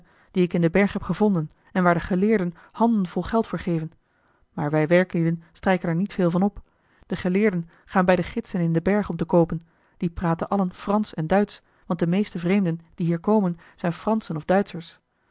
roda in den berg heb gevonden en waar de geleerden handen vol geld voor geven maar wij werklieden strijken er niet veel van op de geleerden gaan bij de gidsen in den berg om te koopen die praten allen fransch en duitsch want de meeste vreemden die hier komen zijn franschen of duitschers